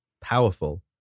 Powerful